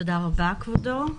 תודה רבה, כבודו.